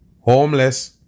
Homeless